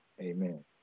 Amen